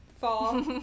fall